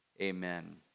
Amen